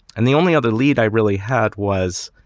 and the only other lead i really had was.